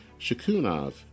Shakunov